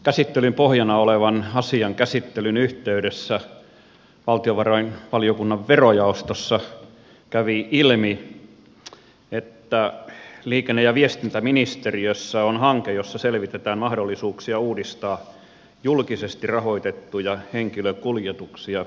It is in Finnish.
käsittelyn pohjana olevan asian käsittelyn yhteydessä valtiovarainvaliokunnan verojaostossa kävi ilmi että liikenne ja viestintäministeriössä on hanke jossa selvitetään mahdollisuuksia uudistaa julkisesti rahoitettuja henkilökuljetuksia ylipäätänsä